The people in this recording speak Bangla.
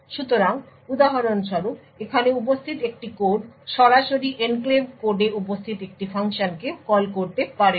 সুতরাং উদাহরণস্বরূপ এখানে উপস্থিত একটি কোড সরাসরি এনক্লেভ কোডে উপস্থিত একটি ফাংশনকে কল করতে পারে না